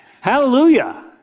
Hallelujah